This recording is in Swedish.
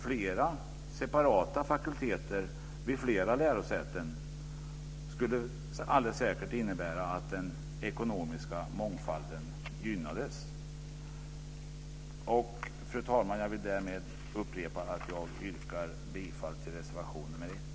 Flera separata fakulteter vid flera lärosäten skulle alldeles säkert innebära att den ekonomiska mångfalden gynnades. Fru talman! Jag vill därmed upprepa att jag yrkar bifall till reservation nr 1.